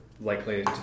likely